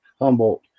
Humboldt